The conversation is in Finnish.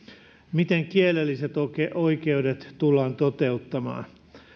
miten kielelliset oikeudet oikeudet tullaan toteuttamaan